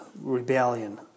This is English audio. rebellion